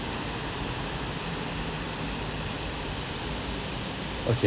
okay